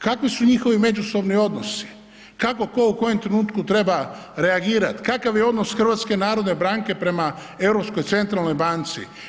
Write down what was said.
Kakvi su njihovi međusobni odnosi, kako tko u kojem trenutku treba reagirati, kakav je odnos HNB-a prema Europskoj centralnoj banci?